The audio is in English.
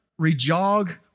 rejog